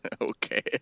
Okay